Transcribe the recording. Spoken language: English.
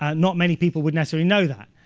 ah not many people would necessarily know that.